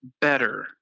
better